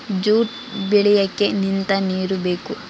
jute ಬೆಳಿಯಕ್ಕೆ ನಿಂತ ನೀರು ಬೇಕು